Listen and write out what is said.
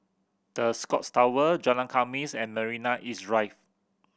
The Scotts Tower Jalan Khamis and Marina East Drive